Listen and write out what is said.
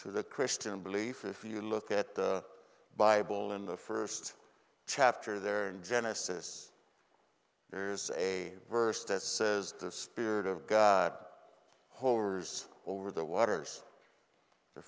to the christian belief if you look at the bible in the first chapter there in genesis there's a verse that says the spirit of horrors over the waters the